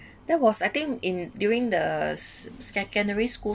there was I think in during the secondary school